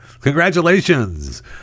congratulations